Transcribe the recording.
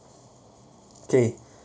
okay